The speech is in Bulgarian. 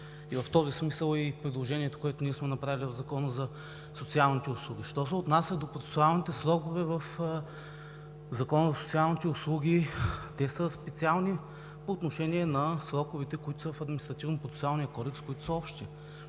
И в този смисъл е и предложението, което ние сме направили в Закона за социалните услуги. Що се отнася до процесуалните срокове в Закона за социалните услуги, те са специални по отношение на сроковете, които са в Административнопроцесуалния кодекс, които са общи.